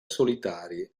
solitari